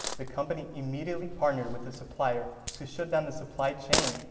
the company immediately partnered with the supplier to shut down the supply chain,